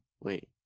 wait